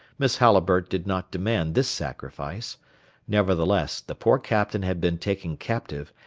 miss halliburtt did not demand this sacrifice nevertheless, the poor captain had been taken captive,